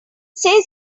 say